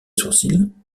sourcils